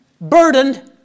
burdened